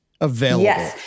available